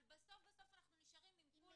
אבל בסוף בסוף אנחנו נשארים עם פול